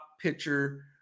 pitcher